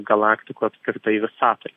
galaktikų apskritai visatoj